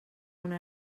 una